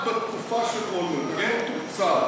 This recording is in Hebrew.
בתקופה של אהוד אולמרט.